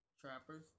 trappers